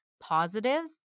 positives